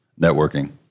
networking